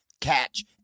Catch